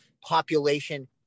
population –